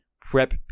prep